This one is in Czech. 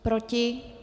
Proti?